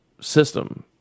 system